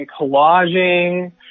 collaging